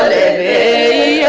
a